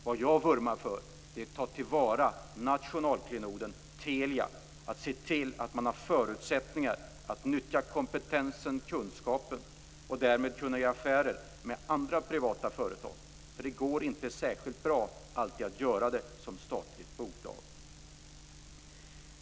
Vad jag vurmar för är att ta till vara nationalklenoden Telia, att se till att man har förutsättningar att nyttja kompetensen och kunskapen och därmed kunna göra affärer med andra privata företag. Det går nämligen inte alltid särskilt bra att göra det som statligt bolag.